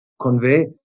convey